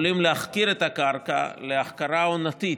יכולים להחכיר את הקרקע להחכרה עונתית,